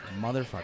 Motherfucker